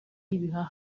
y’ibihaha